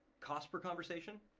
cost per conversation,